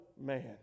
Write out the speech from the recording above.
man